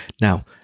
Now